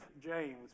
James